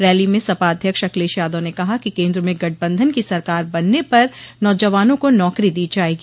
rally में सपा अध्यक्ष अखिलेश यादव ने कहा कि केन्द्र में गठबंधन की सरकार बनने पर नौजवानों को नौकरी दी जायेगी